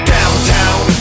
Downtown